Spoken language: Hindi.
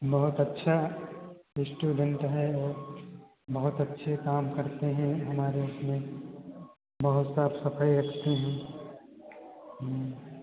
बहुत अच्छा रेस्टूरेंट है बहुत अच्छे काम करते हैं हमारे अपने बहुत साफ सफाई रखते हैं